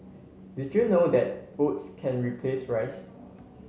did you know that oats can replace rice